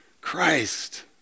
Christ